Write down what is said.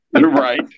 right